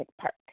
Park